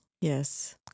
Yes